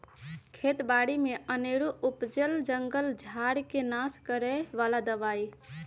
खेत बारि में अनेरो उपजल जंगल झार् के नाश करए बला दबाइ